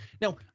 Now